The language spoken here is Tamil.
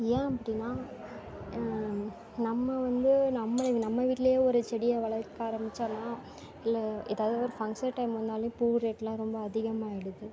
ஏன் அப்படின்னா நம்ம வந்து நம்ம நம்ம வீட்டுலேயே ஒரு செடியை வளர்க்க ஆரமிச்சோன்னா இல்லை ஏதாவது ஒரு ஃபங்க்ஷன் டைம் வந்தாலும் பூ ரேட்டுலாம் ரொம்ப அதிகமாக ஆகிடுது